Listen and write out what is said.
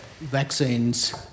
vaccines